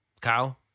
Kyle